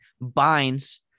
binds